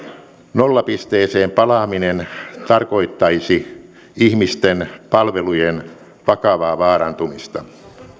nollapisteeseen palaaminen tarkoittaisi ihmisten palvelujen vakavaa vaarantumista